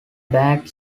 bad